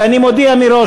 אני מודיע מראש,